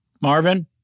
Marvin